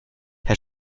herr